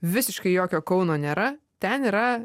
visiškai jokio kauno nėra ten yra